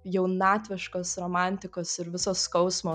jaunatviškos romantikos ir visos skausmo